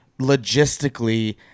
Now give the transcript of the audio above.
logistically